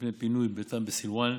מפני פינוי מביתם בסילוואן,